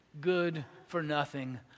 good-for-nothing